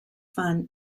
fun